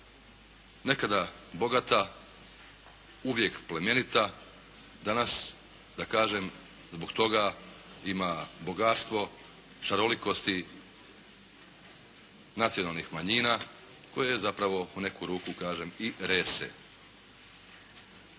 nekada bogata, uvijek plemenita. Danas da kažem zbog toga ima bogatstvo šarolikosti nacionalnih manjina koje je zapravo u neku ruku i rese.